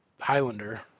Highlander